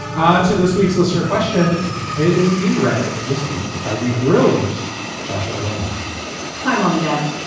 ah and this week's listener question it is being read this week by the brilliant shasha leonhard hi, mom and dad.